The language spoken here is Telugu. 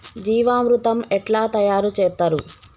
జీవామృతం ఎట్లా తయారు చేత్తరు?